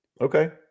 Okay